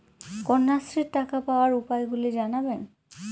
কন্যাশ্রীর টাকা পাওয়ার উপায়গুলি জানাবেন?